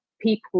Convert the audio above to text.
people